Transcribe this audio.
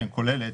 כוללת,